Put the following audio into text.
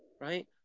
right